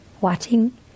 watching